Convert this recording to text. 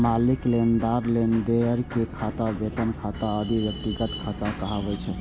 मालिक, लेनदार, देनदार के खाता, वेतन खाता आदि व्यक्तिगत खाता कहाबै छै